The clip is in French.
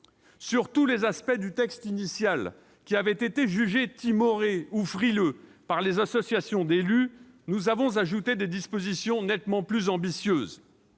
sur lesquels le texte initial avait été jugé timoré ou frileux par les associations d'élus, nous avons ajouté des dispositions nettement plus ambitieuses.